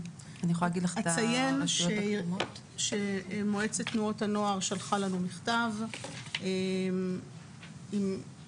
אציין שמועצת תנועות הנוער שלחה לנו מכתב עם איזשהן